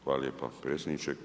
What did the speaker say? Hvala lijepa predsjedniče.